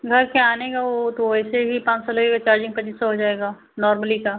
घर से आने का वह तो वैसे भी पाँच सौ लगेगा चार्जिंग का जैसे हो जाएगा नॉर्मली का